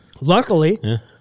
Luckily